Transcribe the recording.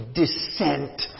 descent